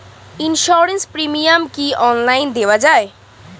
Insurance premium কি online দেওয়া যায়?